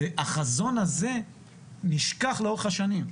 והחזון הזה נשכח לאורך השנים.